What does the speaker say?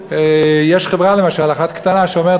יש חברה אחת קטנה למשל שאומרת,